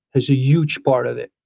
is a huge part of it.